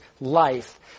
life